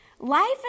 Life